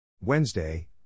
Wednesday